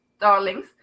darlings